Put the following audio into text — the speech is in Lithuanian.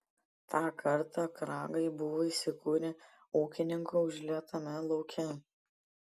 tą kartą kragai buvo įsikūrę ūkininkų užlietame lauke